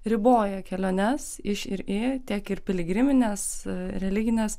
riboja keliones iš ir į tiek ir piligrimines religines